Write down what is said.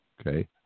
okay